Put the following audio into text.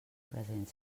present